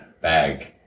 Bag